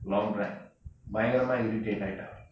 long time பயங்கரமா:bayangramaa irritate ஆயிட்டான்:aayitaan